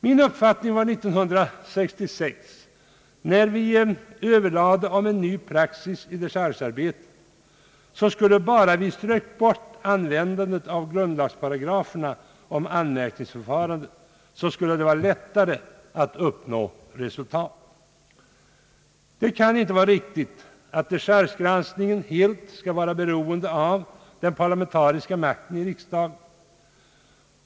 Min uppfattning var 1966, när vi överlade om en ny praxis i dechargearbetet, att om vi bara strök bort användandet av grundlagsparagraferna om anmärkningsförfarandet, skulle det vara lättare att uppnå resultat. Det kan inte vara riktigt att dechargegranskningen helt skall vara beroende av den parlamentariska makten i riksdagen.